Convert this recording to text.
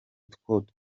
twose